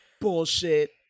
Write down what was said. bullshit